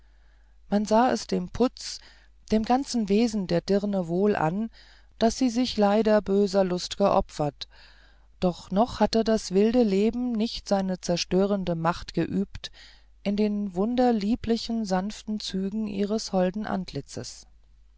man sah es dem putz dem ganzen wesen der dirne wohl an daß sie sich leider böser lust geopfert aber noch hatte das wilde leben nicht seine zerstörende macht geübt an den wunderlieblichen sanften zügen ihres holden antlitzes